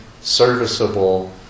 serviceable